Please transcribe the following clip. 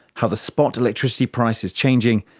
how the spot electricity price is changing,